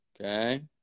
Okay